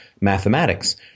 mathematics